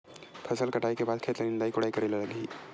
फसल कटाई के बाद खेत ल निंदाई कोडाई करेला लगही?